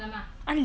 按了